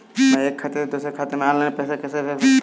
मैं एक खाते से दूसरे खाते में ऑनलाइन पैसे कैसे भेज सकता हूँ?